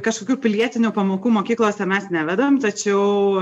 kažkokių pilietinių pamokų mokyklose mes nevedam tačiau